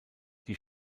die